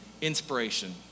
inspiration